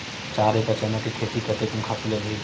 चार एकड़ चना के खेती कतेकन खातु लगही?